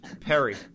perry